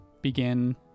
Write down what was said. begin